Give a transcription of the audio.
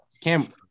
Cam